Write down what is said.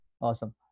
Awesome